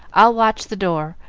i'll watch the door,